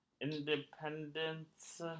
Independence